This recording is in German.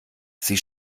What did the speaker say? sie